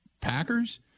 Packers –